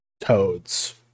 toads